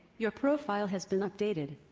your profile has been updated.